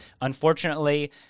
Unfortunately